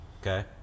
Okay